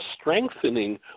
strengthening